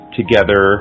together